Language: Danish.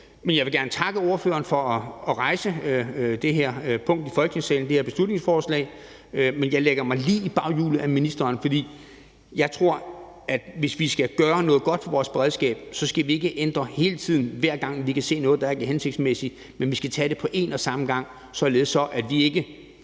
Jeg vil gerne takke ordføreren for at rejse det her beslutningsforslag i Folketingssalen, men jeg lægger mig lige i baghjulet af ministeren, fordi jeg tror, at hvis vi skal gøre noget godt for vores beredskab, skal vi ikke hele tiden ændrer, hver gang vi kan se noget, der ikke er hensigtsmæssigt. Vi skal tage det på én og samme gang, således at vi ikke